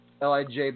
LIJ